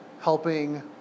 helping